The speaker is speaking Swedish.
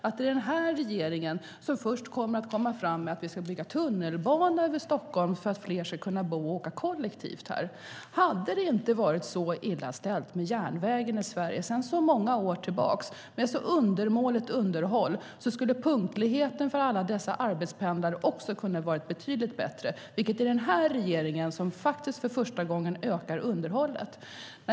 Är det inte märkligt att det är den här regeringen som framhåller att det ska byggas tunnelbana i Stockholm för att fler ska kunna bo i Stockholm och åka kollektivt? Hade det inte varit så illa ställt med järnvägen i Sverige sedan så många år tillbaka, med ett undermåligt underhåll, skulle punktligheten för alla dessa arbetspendlare kunnat vara betydligt bättre. Det är den här regeringen som faktiskt för första gången ökar underhållet.